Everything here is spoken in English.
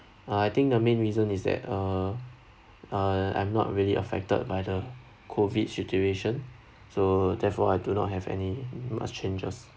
uh I think the main reason is that uh uh I'm not really affected by the COVID situation so therefore I do not have any much changes